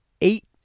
eight